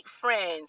friends